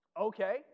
Okay